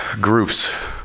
groups